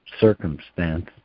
circumstance